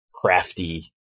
crafty